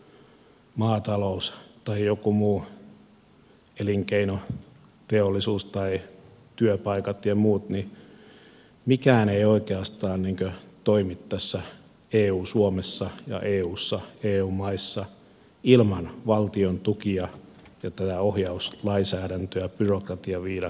oli sitten metsäteollisuus maatalous tai joku muu elinkeino teollisuus tai työpaikat ja muut niin mikään ei oikeastaan toimi tässä eu suomessa ja eussa eu maissa ilman valtion tukia ja tätä ohjauslainsäädäntöä byrokratia viidakkoa